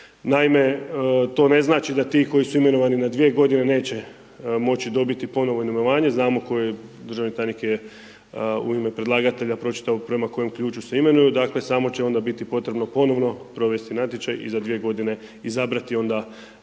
Naime, to ne znači da ti koji su imenovani na dvije godine neće moći dobiti ponovo imenovanje, znamo koji državni tajnik je u ime predlagatelja pročitao prema kojem ključu se imenuju, dakle, samo će onda biti potrebno ponovno provesti natječaj i za dvije godine izabrati onda